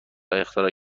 اختراع